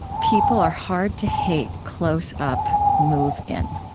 people are hard to hate close up. move in.